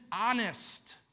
honest